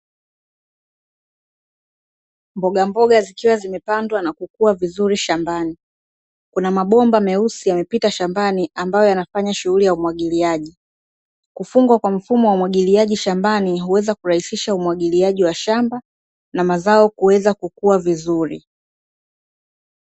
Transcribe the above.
Mbogamboga zikiwa zimepandwa na kukua vizuri shambani, kuna mabomba meusi yamepita shambani ambayo yanafanya shughuli ya umwagiliaji. Kufungwa kwa mfumo wa umwagiliaji shambani huweza kurahisisha umwagiliaji wa shamba na mazao kuweza kukua vizuri.